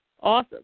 Awesome